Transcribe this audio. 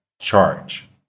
charge